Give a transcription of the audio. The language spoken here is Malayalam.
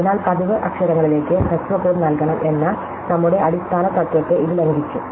അതിനാൽ പതിവ് അക്ഷരങ്ങളിലേക്ക് ഹ്രസ്വ കോഡ് നൽകണം എന്ന നമ്മുടെ അടിസ്ഥാന തത്വത്തെ ഇത് ലംഘിച്ചു